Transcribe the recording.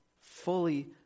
fully